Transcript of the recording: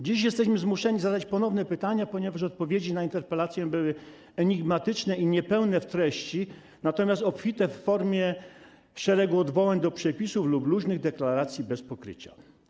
Dziś jesteśmy zmuszeni zadać ponownie pytania, ponieważ odpowiedzi na interpelacje były enigmatyczne i niepełne w treści, natomiast obfite w formie, z szeregiem odwołań do przepisów lub luźnych deklaracji bez pokrycia.